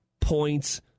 points